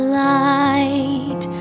light